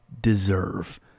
deserve